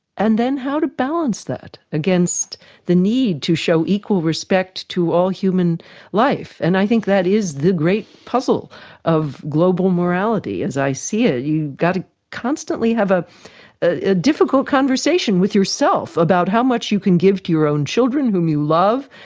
and then how to balance that against the need to show equal respect to all human life? and i think that is the great puzzle to global morality as i see it, you've got to constantly have a ah difficult conversation with yourself, about how much you can give to your own children who you love,